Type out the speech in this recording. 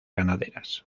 ganaderas